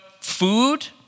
food